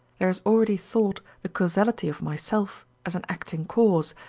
there is already thought the causality of myself as an acting cause,